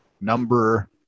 number